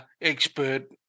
expert